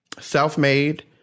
self-made